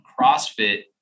CrossFit